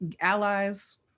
allies